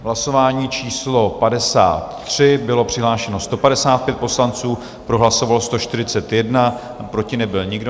Hlasování číslo 53, bylo přihlášeno 155 poslanců, pro hlasovalo 141, proti nebyl nikdo.